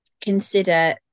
consider